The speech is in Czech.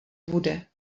bude